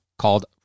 called